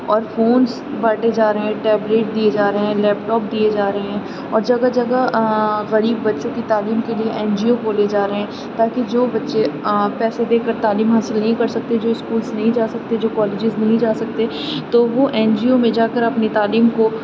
اور فونس بانٹے جا رہے ہیں ٹیبلیٹ دیے جا رہے ہیں لیپ ٹاپ دیے جا رہے ہیں اور جگہ جگہ غریب بچوں کی تعلیم کے لیے این جی او کھولے جا رہے ہیں تاکہ جو بچے پیسے دے کر تعلیم حاصل نہیں کر سکتے جو اسکولس نہیں جا سکتے جو کالجز نہیں جا سکتے تو وہ این جی او میں جا کر اپنی تعلیم کو